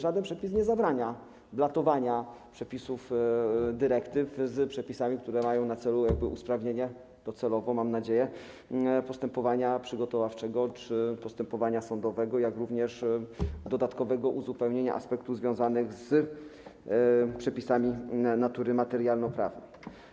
Żaden przepis nie zabrania blatowania przepisów dyrektyw z przepisami, które mają na celu usprawnienie docelowo, mam nadzieję, postępowania przygotowawczego czy postępowania sądowego, jak również w zakresie dodatkowego uzupełnienia aspektów związanych z przepisami natury materialnoprawnej.